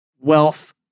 wealth